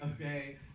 Okay